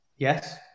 Yes